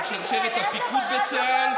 על שרשרת הפיקוד בצה"ל,